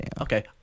Okay